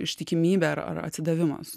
ištikimybė ar ar atsidavimas